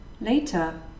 later